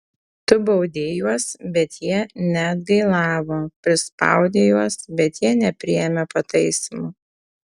tu baudei juos bet jie neatgailavo prispaudei juos bet jie nepriėmė pataisymo